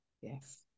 yes